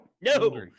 No